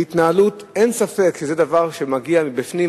והתנהלות, אין ספק שזה מגיע מבפנים.